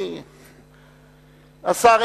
השר,